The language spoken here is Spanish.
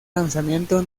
lanzamiento